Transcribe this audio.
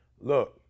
Look